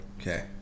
okay